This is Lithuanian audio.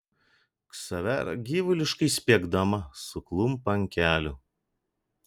ksavera gyvuliškai spiegdama suklumpa ant kelių